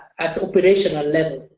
operational level.